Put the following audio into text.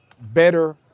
better